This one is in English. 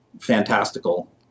fantastical